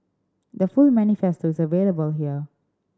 the full manifesto is available here